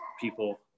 people